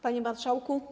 Panie Marszałku!